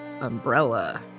Umbrella